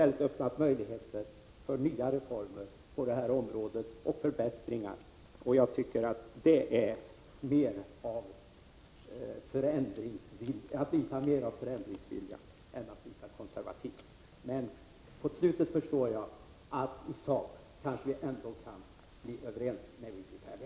Vi har öppnat möjligheten för nya reformer och förbättringar på detta område. Det tycker jag visar mer av förändringsvilja än av konservatism. Men såvitt jag förstår kommer vi till slut att bli överens.